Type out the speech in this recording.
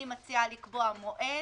אני מציעה לקבוע מועד.